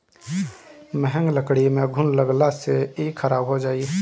महँग लकड़ी में घुन लगला से इ खराब हो जाई